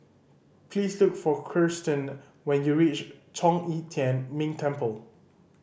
please look for Kirstin when you reach Zhong Yi Tian Ming Temple